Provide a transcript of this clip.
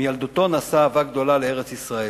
מילדותו נשא אהבה גדולה לארץ-ישראל.